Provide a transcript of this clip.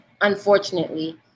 unfortunately